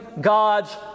God's